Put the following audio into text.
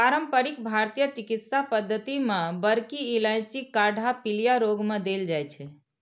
पारंपरिक भारतीय चिकित्सा पद्धति मे बड़की इलायचीक काढ़ा पीलिया रोग मे देल जाइ छै